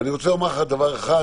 ואני רוצה לומר לך דבר אחד,